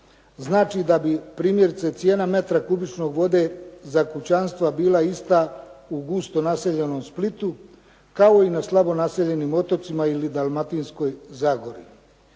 znači da bi primjerice cijena metra kubično vode za kućanstva bila ista u gusto naseljenom Splitu kao i na slabo naseljenim otocima ili dalmatinskoj zagori.